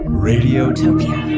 radiotopia